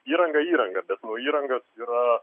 įranga įranga bet nu įranga yra